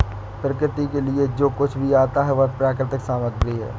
प्रकृति के लिए जो कुछ भी आता है वह प्राकृतिक सामग्री है